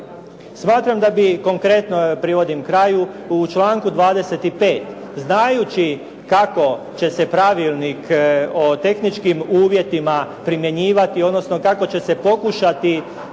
Smatram da bi konkretno, privodim kraju, u članku 25. znajući kako će se Pravilnik o tehničkim uvjetima primjenjivati, odnosno kako će se pokušati